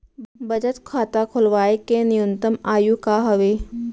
बचत खाता खोलवाय के न्यूनतम आयु का हवे?